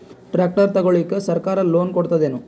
Tractor ತಗೊಳಿಕ ಸರ್ಕಾರ loan ಕೊಡತದೇನು?